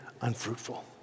unfruitful